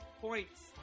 points